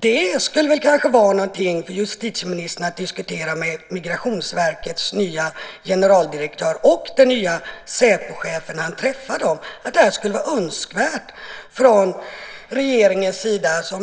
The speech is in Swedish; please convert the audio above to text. Det skulle kanske vara någonting för justitieministern att diskutera med Migrationsverkets nya generaldirektör och den nya Säpochefen när han träffar dem. Det skulle väl vara